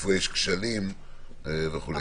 איפה יש כשלים וכולי.